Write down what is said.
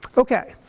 ok.